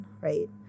right